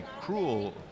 cruel